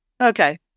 Okay